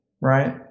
right